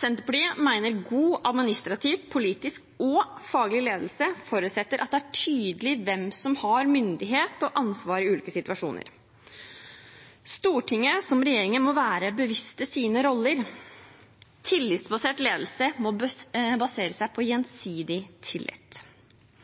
Senterpartiet mener at god administrativ, politisk og faglig ledelse forutsetter at det er tydelig hvem som har myndighet og ansvar i ulike situasjoner. Stortinget, som regjeringen, må være bevisst sin rolle. Tillitsbasert ledelse må basere seg på gjensidig tillit.